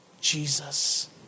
Jesus